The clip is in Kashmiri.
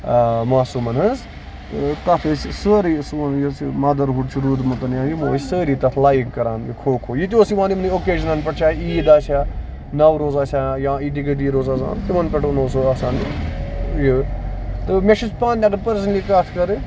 مٲسوٗمن ہنز تَتھ ٲسۍ سورُے سون یُس یہِ مدر ہُڈ چھُ روٗدمُت یِمو ٲسۍ سٲری تَتھ لایِک کران یہِ کھو کھو یہِ تہِ اوس یِوان یِمنٕے اوکیجنن پٮ۪ٹھ چاہے عیٖد آسہِ ہا نوروز آسہِ ہا یا عیٖد گٔدیٖر اوس آسان تِمن پٮ۪ٹھ اوس یہِ تہٕ مےٚ چھُ پانہٕ اَگر بہٕ پٔرسٔنٔلی کَتھ کرٕ